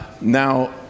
Now